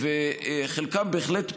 חלקם בהחלט פנו,